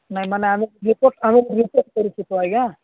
ନାଇଁ ମାନେ ଆମ ରିପୋର୍ଟ୍ ଆମ ରିପୋର୍ଟ କରିଛୁ ତ ଆଜ୍ଞା